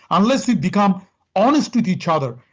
unless we become honest with each other,